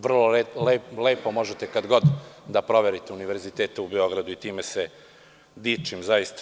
Vrlo lepo možete kad god da proverite Univerzitet u Beogradu i time se dičim zaista.